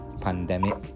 Pandemic